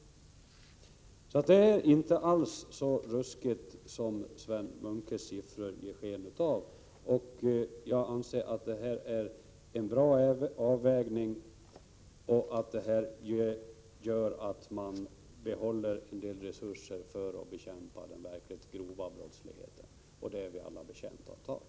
Förhållandena är således inte alls så ruskiga som Sven Munkes siffror ger sken av. Jag anser att den företagna avvägningen är bra och att den gör det möjligt att behålla en del resurser för bekämpande av den verkligt grova brottsligheten, vilket vi alla är betjänta av.